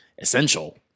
essential